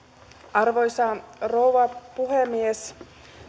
arvoisa rouva puhemies